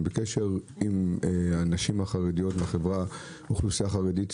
הם בקשר עם הנשים החרדיות בחברה ובאוכלוסייה החרדית,